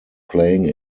playing